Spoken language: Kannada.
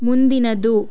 ಮುಂದಿನದು